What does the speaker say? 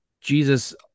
Jesus